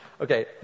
Okay